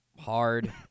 Hard